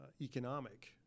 economic